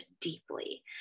deeply